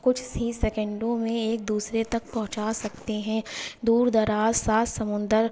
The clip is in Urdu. کچھ ہی سیکنڈوں میں ایک دوسرے تک پہنچا سکتے ہیں دور دراز سات سمندر